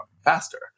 faster